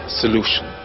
solution